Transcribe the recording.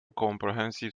comprehensive